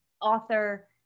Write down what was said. author